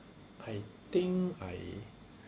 I think I